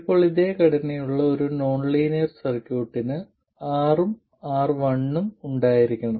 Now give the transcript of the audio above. ഇപ്പോൾ ഇതേ ഘടനയുള്ള ഒരു ലീനിയർ സർക്യൂട്ടിന് R ഉം R1 ഉം ഉണ്ടായിരിക്കണം